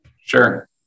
Sure